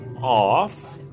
off